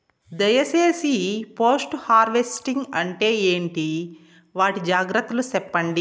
దయ సేసి post harvesting అంటే ఏంటి? వాటి జాగ్రత్తలు సెప్పండి?